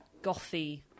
gothy